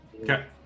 okay